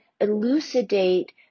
elucidate